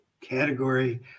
category